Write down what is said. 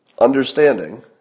understanding